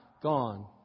Gone